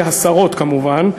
והשרות כמובן,